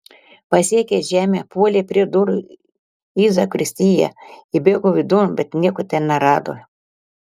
pasiekęs žemę puolė prie durų į zakristiją įbėgo vidun bet nieko ten nerado